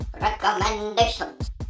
Recommendations